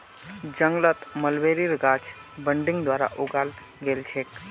जंगलत मलबेरीर गाछ बडिंग द्वारा उगाल गेल छेक